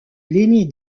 lenny